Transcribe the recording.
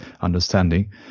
Understanding